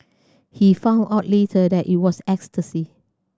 he found out later that it was ecstasy